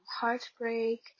heartbreak